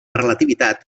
relativitat